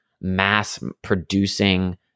mass-producing